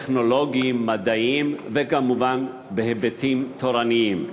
טכנולוגיים ומדעיים, וכמובן מהיבטים תורניים.